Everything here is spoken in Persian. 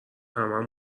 همه